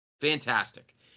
fantastic